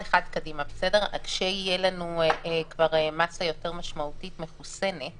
כשתהיה לנו כבר מאסה יותר משמעותית מחוסנת,